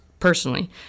personally